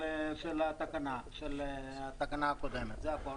של התקנה הקודמת, זה הכל.